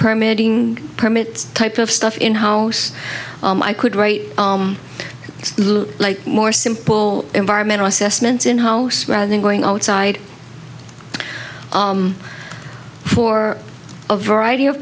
permitting permit type of stuff in house i could write a little more simple environmental assessment in house rather than going outside for a variety of